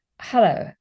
Hello